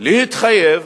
להתחייב